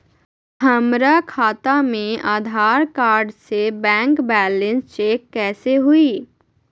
हमरा खाता में आधार कार्ड से बैंक बैलेंस चेक कैसे हुई?